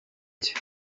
cye